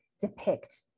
depict